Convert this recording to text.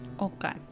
Okay